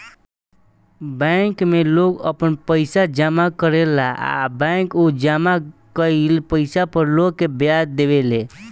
bank में लोग आपन पइसा जामा करेला आ बैंक उ जामा कईल पइसा पर लोग के ब्याज देवे ले